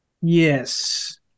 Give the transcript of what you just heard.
yes